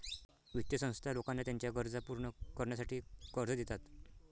वित्तीय संस्था लोकांना त्यांच्या गरजा पूर्ण करण्यासाठी कर्ज देतात